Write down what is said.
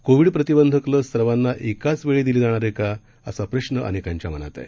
Covid प्रतिबंधक लस सर्वांना एकाच वेळी दिली जाणार आहे का असा प्रश्न अनेकांच्या मनात आहे